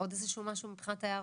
עוד איזשהו משהו מבחינת ההערות?